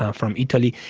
ah from italy,